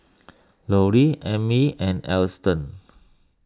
Lollie Emmy and Alston